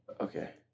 Okay